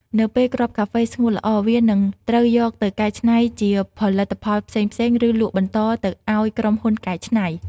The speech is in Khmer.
នៅពេលគ្រាប់កាហ្វេស្ងួតល្អ វានឹងត្រូវយកទៅកែច្នៃជាផលិតផលផ្សេងៗ ឬលក់បន្តទៅឱ្យក្រុមហ៊ុនកែច្នៃ។